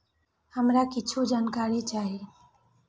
हमरा कीछ जानकारी चाही